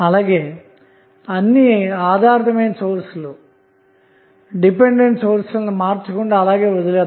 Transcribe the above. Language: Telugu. అలాగే అన్ని ఆధారితమైన సోర్స్ లను మార్చకుండా వదిలివేయాలి